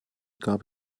gab